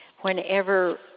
whenever